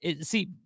see